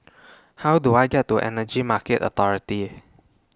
How Do I get to Energy Market Authority